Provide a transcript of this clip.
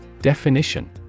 Definition